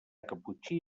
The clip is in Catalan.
caputxí